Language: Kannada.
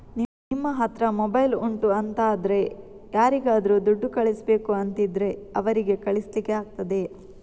ನಿಮ್ಮ ಹತ್ರ ಮೊಬೈಲ್ ಉಂಟು ಅಂತಾದ್ರೆ ಯಾರಿಗಾದ್ರೂ ದುಡ್ಡು ಕಳಿಸ್ಬೇಕು ಅಂತಿದ್ರೆ ಅವರಿಗೆ ಕಳಿಸ್ಲಿಕ್ಕೆ ಆಗ್ತದೆ